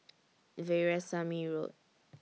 Veerasamy Road